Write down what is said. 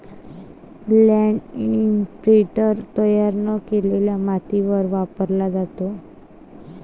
land imprinter तयार न केलेल्या मातीवर वापरला जातो